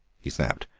he snapped,